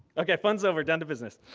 okay, fun's over, down to business.